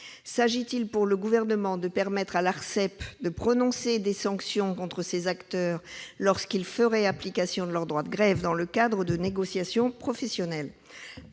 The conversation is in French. électroniques et des postes, l'Arcep, de prononcer des sanctions contre ces acteurs lorsqu'ils feraient application de leur droit de grève dans le cadre de négociations professionnelles ?